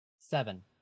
Seven